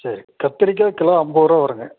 சரி கத்திரிக்காய் கிலோ ஐம்பது ரூபா வருங்க